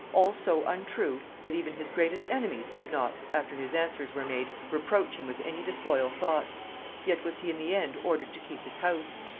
all so untrue, that even his greatest enemies could not, after his answers were made, reproach him with any disloyal thought yet was he in the end ordered to keep his house.